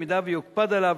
אם יוקפד עליו,